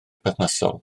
perthnasol